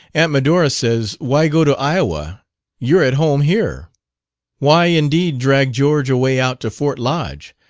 aunt medora says, why go to iowa you're at home here why, indeed, drag george away out to fort lodge?